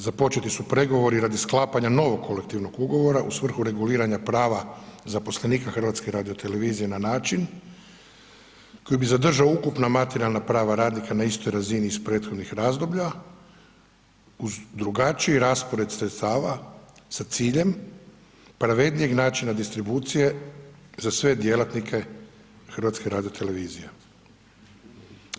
Započeti su pregovori radi sklapanja novog kolektivnog ugovora u svrhu reguliranja prava zaposlenika HRT-a na način koji bi zadržao ukupna materijalna prava radnika na istoj razini iz prethodnih razdoblja uz drugačiji raspored sredstava sa ciljem pravednijeg načina distribucije za sve djelatnike HRT-a.